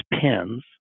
pins